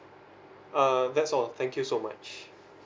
err that's all thank you so much